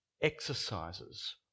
exercises